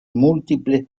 múltiples